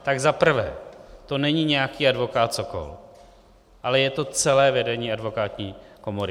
Tak za prvé, to není nějaký advokát Sokol, ale je to celé vedení advokátní komory.